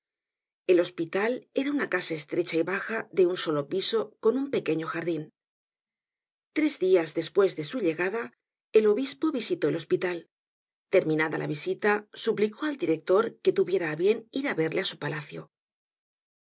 el hospital era una casa estrecha y baja de un solo piso con un pequeño jardin tres dias despues de su llegada el obispo visitó el hospital terminada la visita suplicó al director que tuviera á bien ir á verle á su palacio